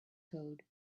code